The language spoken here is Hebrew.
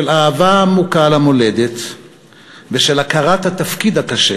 של אהבה עמוקה למולדת ושל הכרת התפקיד הקשה